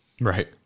right